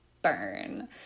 Burn